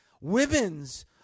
women's